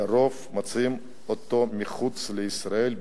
לרוב מוצאים אותו מחוץ לישראל,